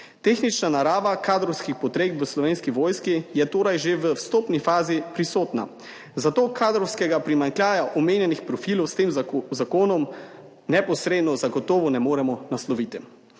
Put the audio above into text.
Tehnična narava kadrovskih potreb v Slovenski vojski je torej že v vstopni fazi prisotna, zato kadrovskega primanjkljaja omenjenih profilov s tem zakonom neposredno zagotovo ne moremo nasloviti.